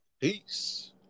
Peace